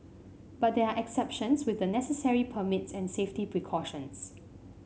but there are exceptions with the necessary permits and safety precautions